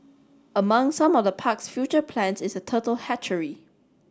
among some of the park's future plans is a turtle hatchery